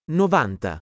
novanta